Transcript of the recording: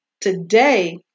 Today